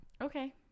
Okay